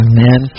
Amen